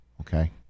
Okay